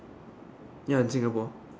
ya in Singapore